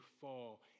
fall